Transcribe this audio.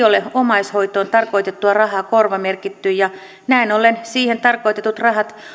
ole omaishoitoon tarkoitettua rahaa korvamerkitty ja näin ollen siihen tarkoitetut rahat